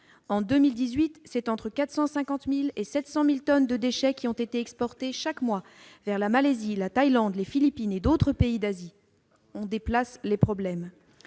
En 2018, c'est entre 450 000 et 700 000 tonnes de déchets qui ont été exportées chaque mois vers la Malaisie, la Thaïlande, les Philippines et d'autres pays d'Asie. On ne fait que déplacer les problèmes